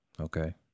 okay